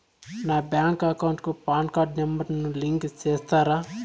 నా bank account కు PAN card number ను లింకు సేస్తారా?